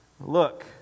Look